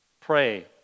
Pray